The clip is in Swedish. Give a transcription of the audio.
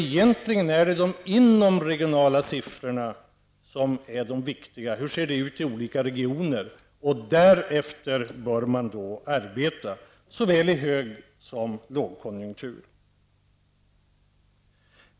Egentligen är det de inomregionala siffrorna som är de riktiga: Hur ser det ut i olika regioner? Efter dem bör man arbeta, såväl i hög som i lågkonjunktur.